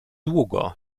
długo